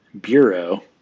Bureau